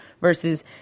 versus